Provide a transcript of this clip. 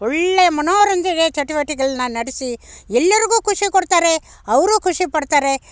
ಒಳ್ಳೆ ಮನೋರಂಜನೆ ಚಟುವಟಿಕೆಗಳನ್ನ ನಡೆಸಿ ಎಲ್ಲರಿಗೂ ಖುಷಿ ಕೊಡ್ತಾರೆ ಅವರೂ ಖುಷಿ ಪಡ್ತಾರೆ